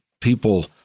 people